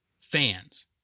Fans